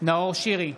נאור שירי,